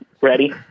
Ready